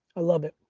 love it.